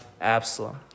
Absalom